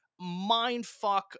mindfuck